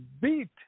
beat